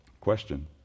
Question